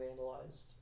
vandalized